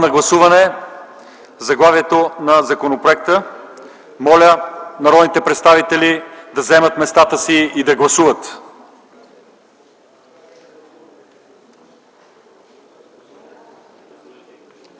на гласуване заглавието на закона. Моля народните представители да заемат местата си и да гласуват.